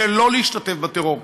שלא להשתתף בטרור.